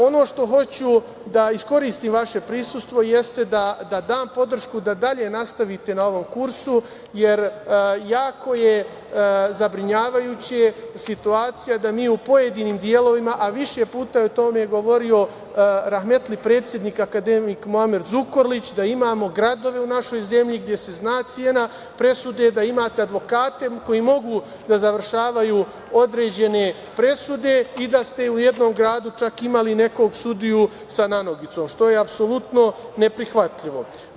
Ono što hoću da iskoristim vaše prisustvo da dam podršku da dalje nastavite na ovom kursu, jer jako je zabrinjavajuća situacija da mi u pojedinim delovima, a više puta je o tome govorio rahmetli predsednik akademik Muamer Zukorlić, da imamo samo gradove u našoj zemlji gde se zna cena presude, da imate advokate koji mogu da završavaju određene presude i da ste u jednom gradu čak imali nekog sudiju sa nanogicom, što je apsolutno neprihvatljivo.